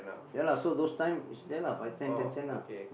ya lah so those time is that lah five cent ten cent ah